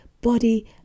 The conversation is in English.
body